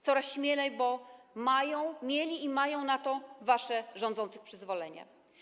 Coraz śmielej, bo mieli i mają na to wasze - rządzących - przyzwolenie.